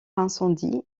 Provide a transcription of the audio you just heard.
incendie